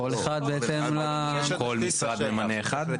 כל אחד בהתאם --- כל משרד ממנה אחד?